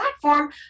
platform